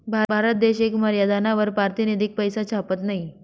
भारत देश येक मर्यादानावर पारतिनिधिक पैसा छापत नयी